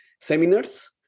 seminars